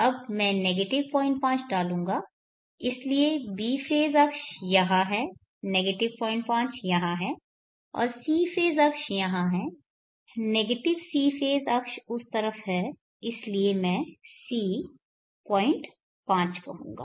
अब मैं नेगेटिव 05 डालूँगा इसलिए b फेज़ अक्ष यहाँ हैनेगेटिव 05 यहाँ है और c फेज़ अक्ष यहाँ है नेगेटिव c फेज़ अक्ष उस तरफ है इसलिए मैं c 05 कहूँगा